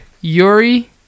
Yuri